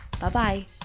Bye-bye